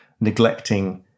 neglecting